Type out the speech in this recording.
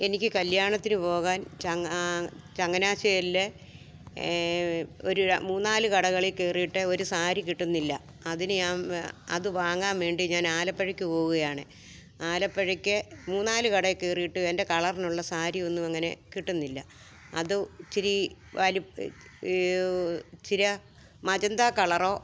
എനിക്ക് കല്യാണത്തിനു പോകാൻ ചങ്ങാനാശേരിയിലെ ഒരു മൂന്നാലുകടകളില് കയറിയിട്ട് ഒരു സാരി കിട്ടുന്നില്ല അതിന് ഞാന് അതുവാങ്ങാന് വേണ്ടി ഞാൻ ആലപ്പുഴയ്ക്ക് പോവുകയാണ് ആലപ്പുഴയ്ക്ക് മൂന്നാല് കടകളില് കയറിയിട്ട് എൻ്റെ കളറിനുള്ള സാരിയൊന്നും അങ്ങനെ കിട്ടുന്നില്ല അത് ഇച്ചിരി വലുപ്പം ഇച്ചിര മജന്ത കളറോ